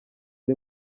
ari